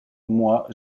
moi